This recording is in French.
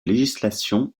législation